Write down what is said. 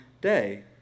day